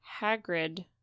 Hagrid